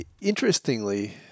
interestingly